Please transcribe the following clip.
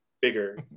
bigger